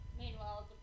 Meanwhile